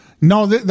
No